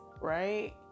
right